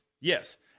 Yes